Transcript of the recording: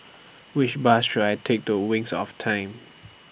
Which Bus should I Take to Wings of Time